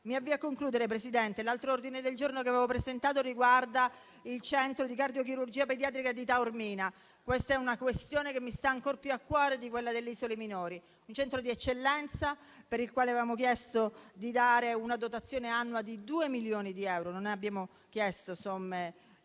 realtà. Signora Presidente, un altro ordine del giorno che avevo presentato riguarda il centro di cardiochirurgia pediatrica di Taormina. Questa è una tematica che mi sta ancor più a cuore di quella delle isole minori; si tratta di un centro di eccellenza per il quale avevamo chiesto di dare una dotazione annua di due milioni di euro (non abbiamo chiesto somme impossibili).